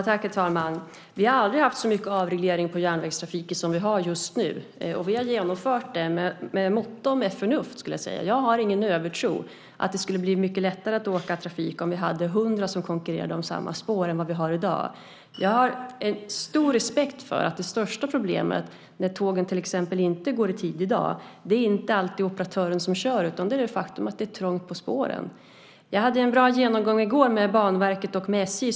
Herr talman! Vi har aldrig haft så mycket avreglering på järnvägstrafik som vi har just nu. Vi har genomfört det med måtta och förnuft. Jag har ingen övertro att det skulle bli mycket lättare att åka i järnvägstrafiken om vi hade hundra som konkurrerade om samma spår än vad vi har i dag. Jag har stor respekt för det största problemet när tågen till exempel inte går i tid i dag. Det beror inte alltid på operatören som kör utan på det faktum att det är trångt på spåren. Jag hade en bra genomgång i går med Banverket och SJ.